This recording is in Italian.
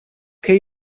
che